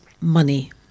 money